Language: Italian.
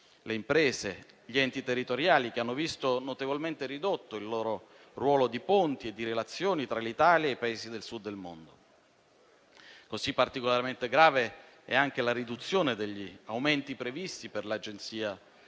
le imprese e gli enti territoriali, che hanno visto notevolmente ridotto il loro ruolo di ponte nelle relazioni tra l'Italia e i Paesi del Sud del mondo. Particolarmente grave è anche la riduzione degli aumenti previsti per l'Agenzia della